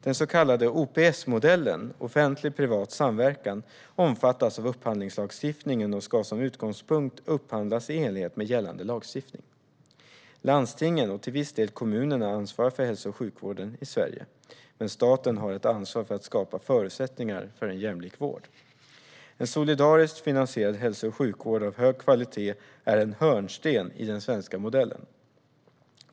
Den så kallade OPS-modellen, offentlig-privat samverkan, omfattas av upphandlingslagstiftningen och ska som utgångspunkt upphandlas i enlighet med gällande lagstiftning. Landstingen och till viss del kommunerna ansvarar för hälso och sjukvården i Sverige, men staten har ett ansvar för att skapa förutsättningar för en jämlik vård. En solidariskt finansierad hälso och sjukvård av hög kvalitet är en hörnsten i den svenska modellen.